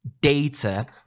data